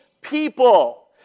people